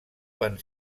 van